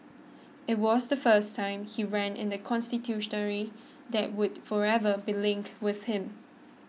it was the first time he ran in the that would forever be linked with him